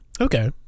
Okay